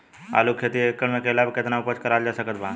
आलू के खेती एक एकड़ मे कैला पर केतना उपज कराल जा सकत बा?